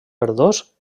verdós